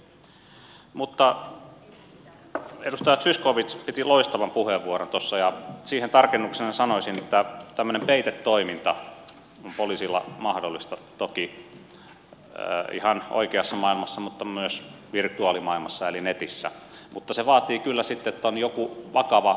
mutta edustaja zyskowicz piti loistavan puheenvuoron tuossa ja siihen tarkennuksena sanoisin että tämmöinen peitetoiminta on poliisilla mahdollista toki ihan oikeassa maailmassa ja myös virtuaalimaailmassa eli netissä mutta se vaatii kyllä sitten että on joku vakava rikosepäily jo olemassa